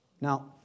Now